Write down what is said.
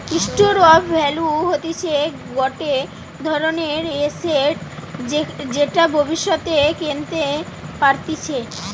store of value হতিছে গটে ধরণের এসেট যেটা ভব্যিষতে কেনতে পারতিছে